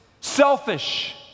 selfish